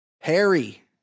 Harry